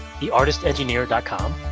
theartistengineer.com